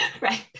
right